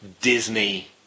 Disney